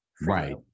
Right